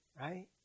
right